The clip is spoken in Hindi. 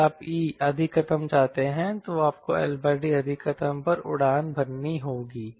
यदि आप E अधिकतम चाहते हैं तो आपको L D अधिकतम पर उड़ान भरनी होगी